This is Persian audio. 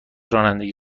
رانندگی